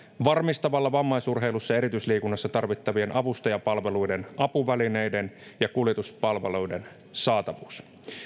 varmistamalla vammaisurheilussa ja erityisliikunnassa tarvittavien avustajapalveluiden apuvälineiden ja kuljetuspalveluiden saatavuuden